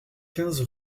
quinze